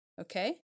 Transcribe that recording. Okay